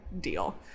deal